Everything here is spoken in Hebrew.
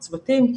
הצוותים,